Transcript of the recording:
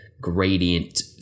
gradient